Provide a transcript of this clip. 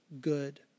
good